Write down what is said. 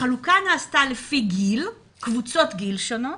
החלוקה נעשתה לפי קבוצות גיל שונות,